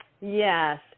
Yes